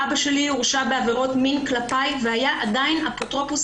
אבא שלי הורשע בעבירות מין כלפיי והיה עדיין אפוטרופוס